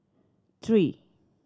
three